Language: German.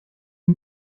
man